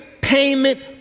payment